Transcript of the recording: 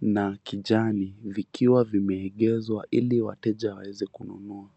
na kijani vikiwa vimeegezwa ili wateja waweze kununua.